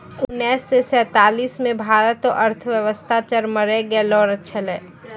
उनैस से सैंतालीस मे भारत रो अर्थव्यवस्था चरमरै गेलो छेलै